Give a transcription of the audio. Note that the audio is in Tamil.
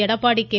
எடப்பாடி கே